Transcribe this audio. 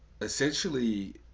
Essentially